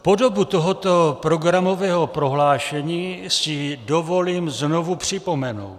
Podobu tohoto programového prohlášení si dovolím znovu připomenout: